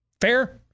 Fair